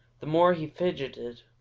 the more he fidgeted,